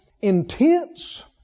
intense